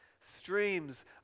streams